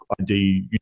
ID